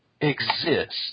exist